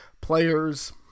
players –